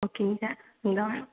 ꯋꯥꯛꯀꯤꯡꯁꯦ ꯅꯨꯡꯗꯥꯡ ꯋꯥꯏꯔꯝ